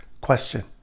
question